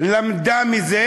למדה מזה,